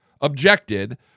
objected